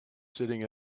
sitting